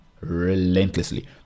relentlessly